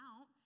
out